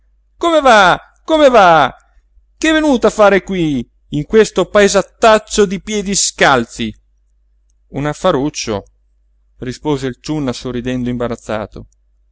come va come va che è venuto a far qui in questo paesettaccio di piedi-scalzi un affaruccio rispose il ciunna sorridendo imbarazzato